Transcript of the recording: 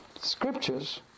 scriptures